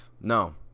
No